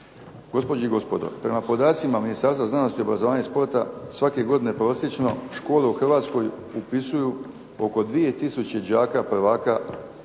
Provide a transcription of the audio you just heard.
Gospođe i gospodo, prema podacima Ministarstva znanosti, obrazovanja i športa, svake godine prosječno škole u Hrvatskoj upisuju oko 2 tisuće đaka prvaka manje